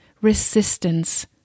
resistance